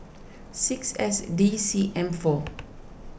six S D C M four